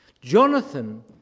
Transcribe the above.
Jonathan